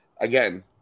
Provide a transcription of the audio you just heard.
Again